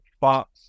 Fox